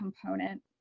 component